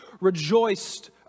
rejoiced